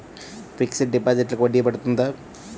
Fixed డిపాజిట్లకు వడ్డీ పడుతుందా?